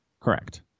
Correct